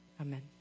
amen